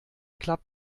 klappt